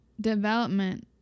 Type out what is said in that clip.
development